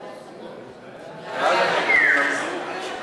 ההצעה להעביר את הצעת